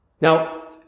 Now